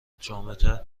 جامعتر